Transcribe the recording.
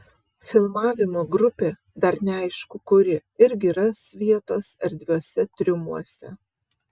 filmavimo grupė dar neaišku kuri irgi ras vietos erdviuose triumuose